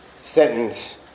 sentence